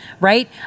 right